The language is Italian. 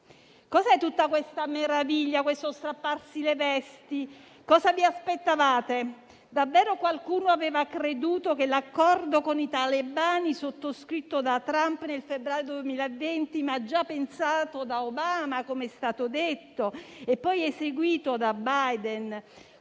Cos'è tutta questa meraviglia, questo strapparsi le vesti? Cosa vi aspettavate? Davvero qualcuno aveva creduto che l'accordo con i talebani, sottoscritto da Trump nel febbraio 2020, ma già pensato da Obama - com'è stato detto - e poi eseguito da Biden